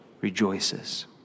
rejoices